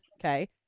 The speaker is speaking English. okay